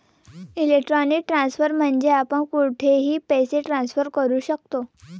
electronic transfer म्हणजे आपण कुठेही पैसे ट्रान्सफर करू शकतो